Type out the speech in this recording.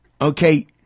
okay